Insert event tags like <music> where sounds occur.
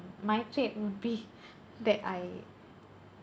my trait would be <laughs> that I